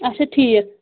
اچھا ٹھیٖک